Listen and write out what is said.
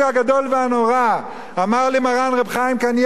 אמר לי מרן ר' חיים קנייבסקי שליט"א לפני כמה חודשים,